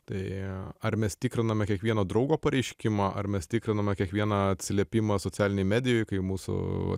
tai ar mes tikriname kiekvieno draugo pareiškimą ar mes tikriname kiekvieną atsiliepimą socialinėj medijoj kai mūsų